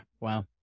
Wow